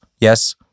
Yes